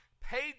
paid